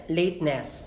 lateness